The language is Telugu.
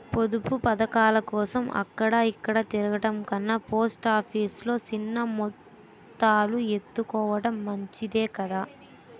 పొదుపు పదకాలకోసం అక్కడ ఇక్కడా తిరగడం కన్నా పోస్ట్ ఆఫీసు లో సిన్న మొత్తాలు ఎత్తుకోడం మంచిదే కదా